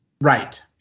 Right